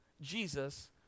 Jesus